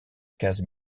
cases